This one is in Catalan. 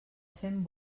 fent